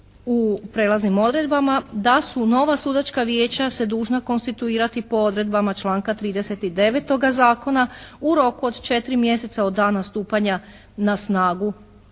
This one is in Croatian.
u prelaznim odredbama da su nova sudačka vijeća se dužna konstituirati po odredbama članka 39. Zakona u roku od 4 mjeseca od dana stupanja na snagu